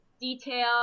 Detail